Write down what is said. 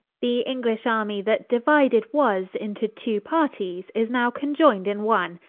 the english army that diuided was into two parties, is now conioyn'd in one,